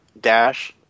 dash